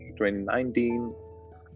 2019